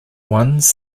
ones